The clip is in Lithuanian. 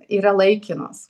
yra laikinos